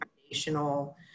foundational